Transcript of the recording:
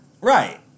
Right